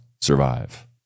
survive